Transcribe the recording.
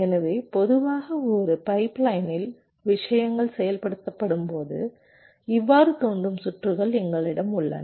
எனவே பொதுவாக ஒரு பைப்லைனில் விஷயங்கள் செயல்படுத்தப்படும்போது இவ்வாறு தோன்றும் சுற்றுகள் எங்களிடம் உள்ளன